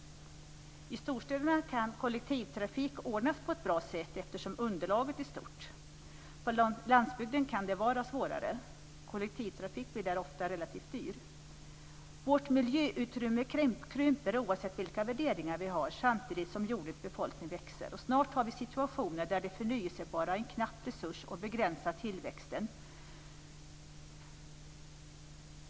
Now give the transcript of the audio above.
I storstäderna kan kollektivtrafik ordnas på ett bra sätt eftersom underlaget är stort. På landsbygden kan det vara svårare. Kollektivtrafik blir där ofta relativt dyr. Vårt miljöutrymme krymper oavsett vilka värderingar vi har samtidigt som jordens befolkning växer. Snart har vi situationer där det förnybara är en knapp resurs och begränsar tillväxten.